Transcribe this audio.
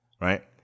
right